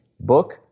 book